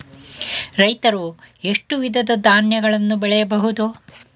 ರೈತರು ಎಷ್ಟು ವಿಧದ ಧಾನ್ಯಗಳನ್ನು ಬೆಳೆಯಬಹುದು?